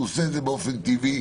הוא עושה את זה באופן טבעי.